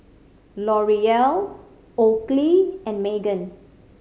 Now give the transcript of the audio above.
L'Oreal Oakley and Megan